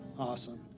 awesome